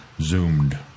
zoomed